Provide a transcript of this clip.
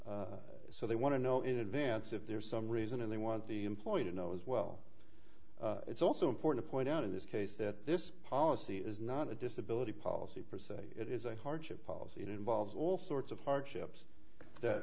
places so they want to know in advance if there's some reason and they want the employee to know it was well it's also important to point out in this case that this policy is not a disability policy process it is a hardship policy it involves all sorts of hardships that